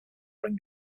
would